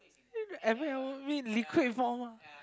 uh every hour mean liquid form ah